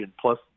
plus